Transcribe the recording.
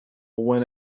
when